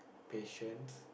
patience